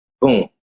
boom